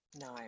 No